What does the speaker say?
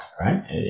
right